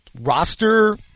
roster